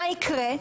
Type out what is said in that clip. מה יקרה?